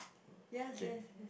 yes yes